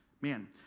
Man